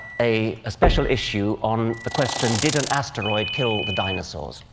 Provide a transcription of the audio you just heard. a special issue on the question, did an asteroid kill the dinosaurs?